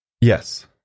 Yes